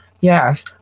Yes